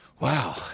wow